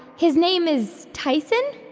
his name is tyson.